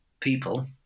people